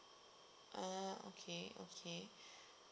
ah okay okay